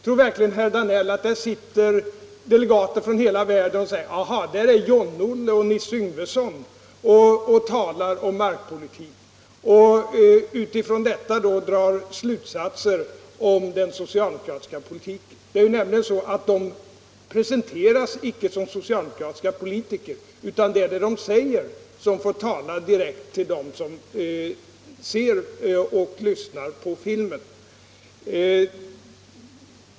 Tror verkligen herr Danell att där sitter delegater från hela världen och säger: ”Aha, där står John-Olle och Nisse Yngvesson och talar om markpolitik?” Och utifrån detta skulle de då dra slutsatser om den socialdemokratiska politiken. De som medverkar i filmen presenteras inte som socialdemokratiska politiker, utan det är vad de säger som får tala direkt till dem som ser och lyssnar på filmen.